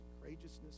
courageousness